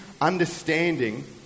understanding